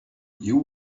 you